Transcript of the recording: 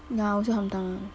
ya I also hantam